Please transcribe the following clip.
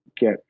get